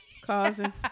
causing